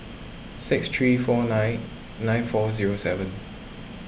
six three four nine nine four zero seven